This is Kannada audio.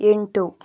ಎಂಟು